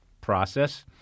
process